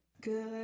Good